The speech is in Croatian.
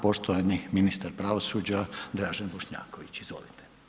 Poštovani ministar pravosuđa Dražen Bošnjaković, izvolite.